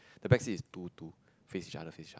the backseat is two two face each other face each other